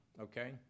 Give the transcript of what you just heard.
Okay